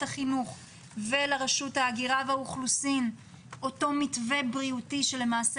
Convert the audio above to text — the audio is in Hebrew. חינוך ולרשות הגירה והאוכלוסין אותו מתווה בריאותי שלמעשה